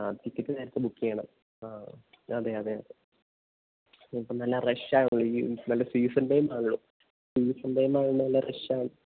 ആ ടിക്കറ്റ് നേരത്തെ ബുക്ക് ചെയ്യണം ആ അതേ അതേ അതേ ആ ഇപ്പോള് നല്ല റഷാണല്ലോ ഈ നല്ല സീസൺ ടൈം ആണല്ലോ സീസൺ ടൈമായതുകൊണ്ട് നല്ല റഷായിരിക്കും